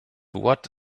what